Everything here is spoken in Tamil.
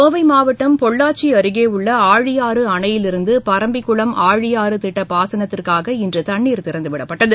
கோவை மாவட்டம் பொள்ளாச்சி அருகே உள்ள ஆழியாறு அணையிலிருந்து பரம்பிக்குளம் ஆழியாறு திட்ட பாசனத்திற்காக இன்று தண்ணீர் திறந்துவிடப்பட்டது